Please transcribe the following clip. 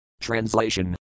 Translation